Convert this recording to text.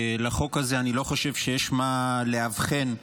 אני מבקש לאפשר לו לדבר.